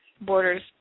borders